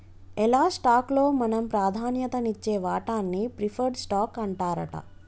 ఎలా స్టాక్ లో మనం ప్రాధాన్యత నిచ్చే వాటాన్ని ప్రిఫర్డ్ స్టాక్ అంటారట